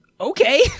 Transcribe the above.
Okay